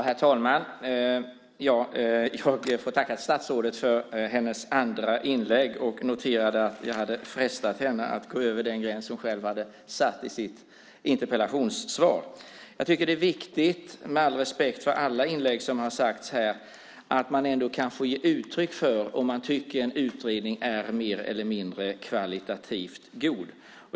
Herr talman! Jag ber att få tacka statsrådet för hennes andra inlägg och noterar att jag hade frestat henne att gå över den gräns hon själv hade satt i sitt interpellationssvar. Det är viktigt - med all respekt för alla inlägg som har varit i den här debatten - att man kan få ge uttryck för om man tycker att en utredning är mer eller mindre god.